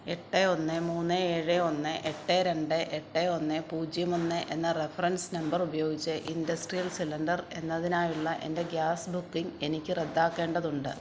എട്ട് ഒന്ന് മൂന്ന് ഏഴ് ഒന്ന് എട്ട് രണ്ട് എട്ട് ഒന്ന് പൂജ്യം ഒന്ന് എന്ന റഫറൻസ് നമ്പർ ഉപയോഗിച്ച് ഇൻഡസ്ട്രിയൽ സിലിണ്ടർ എന്നതിനായുള്ള എൻ്റെ ഗ്യാസ് ബുക്കിംഗ് എനിക്ക് റദ്ദാക്കേണ്ടതുണ്ട്